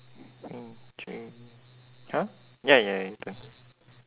mm J !huh! ya ya your turn